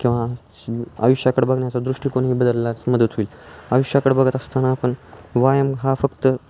किंवा आयुष्याकडं बघण्याचा दृष्टिकोनही बदलण्यास मदत होईल आयुष्याकडं बघत असताना आपण व्यायाम हा फक्त